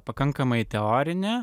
pakankamai teorinė